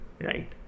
right